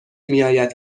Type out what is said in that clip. میآید